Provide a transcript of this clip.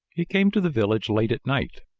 he came to the village late at night.